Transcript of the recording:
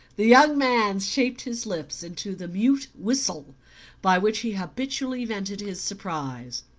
the young man shaped his lips into the mute whistle by which he habitually vented his surprise.